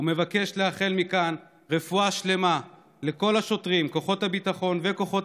אני מבקש לאחל מכאן רפואה שלמה לכל השוטרים ואנשי כוחות הביטחון וכוחות